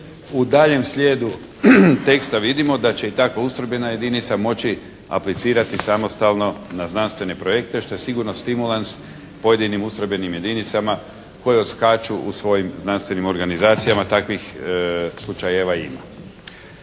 U daljnjem slijedu teksta vidimo da će i takva ustrojbena jedinica moći aplicirati samostalno na znanstvene projekte što je sigurno stimulans pojedinim ustrojbenim jedinicama koje odskaču u svojim znanstvenim organizacijama takvih slučajeva ima.